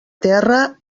terra